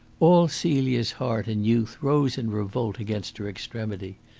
all celia's heart and youth rose in revolt against her extremity.